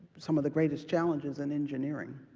some of the greatest challenges in engineering,